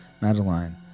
Madeline